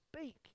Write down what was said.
speak